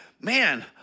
man